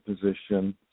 position